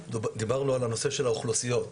דיברנו על הנושא של האוכלוסיות,